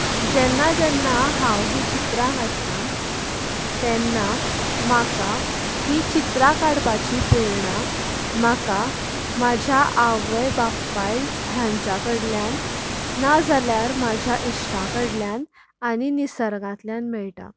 जेन्ना जेन्ना हांव ही चित्रां काडटा तेन्ना म्हाका ही चित्रां काडपाची प्रेरणां म्हाका म्हाज्या आवय बापाय हांच्या कडल्यान नाजाल्यार म्हाज्या इश्टा कडल्यान आनी निसर्गांतल्यान मेळटा